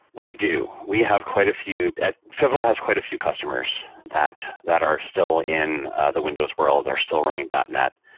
we do. we have quite a few. pivotal has quite a few customers that that are still in the windows world, or still running dotnet.